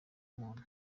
umuntu